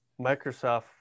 Microsoft